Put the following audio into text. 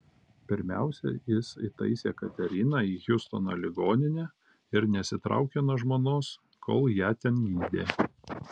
pirmiausia jis įtaisė kateriną į hjustono ligoninę ir nesitraukė nuo žmonos kol ją ten gydė